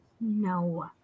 No